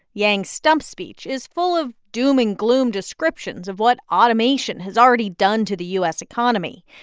yang's stump speech is full of doom-and-gloom descriptions of what automation has already done to the u s. economy.